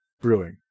Brewing